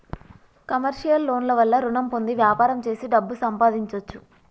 commercial loan ల వల్ల రుణం పొంది వ్యాపారం చేసి డబ్బు సంపాదించొచ్చు